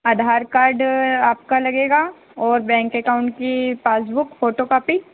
आधार card आपका लगेगा और बैंक एकाउंट की पासबुक फोटो कॉपी